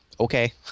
okay